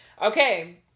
Okay